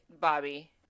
Bobby